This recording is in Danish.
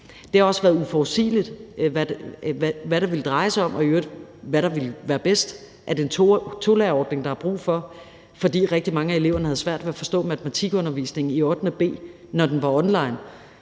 Det har også været uforudsigeligt, hvad det ville dreje sig om, og i øvrigt hvad der ville være bedst. Er det en tolærerordning, der er brug for, fordi rigtig mange af eleverne havde svært ved at forstå matematikundervisningen i 8.b, da den var online?